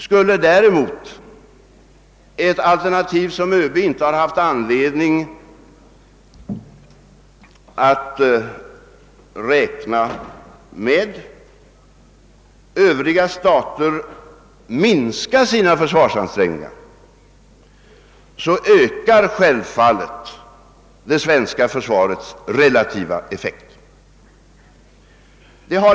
Skulle däremot — ett alternativ som ÖB inte har haft anledning att räkna med — Övriga stater minska sina försvarsansträngningar, ökar självfallet det svenska försvarets relativa effekt.